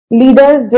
leaders